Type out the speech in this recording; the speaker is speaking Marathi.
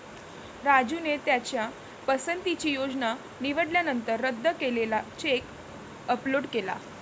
राजूने त्याच्या पसंतीची योजना निवडल्यानंतर रद्द केलेला चेक अपलोड केला